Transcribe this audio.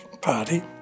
party